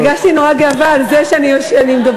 הרגשתי נורא גאה על זה שאני מדברת,